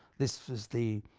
this was the